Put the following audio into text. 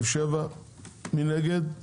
מי נגד?